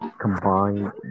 combine